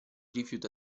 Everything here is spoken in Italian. rifiuta